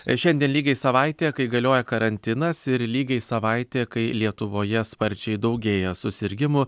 šiandien lygiai savaitė kai galioja karantinas ir lygiai savaitė kai lietuvoje sparčiai daugėja susirgimų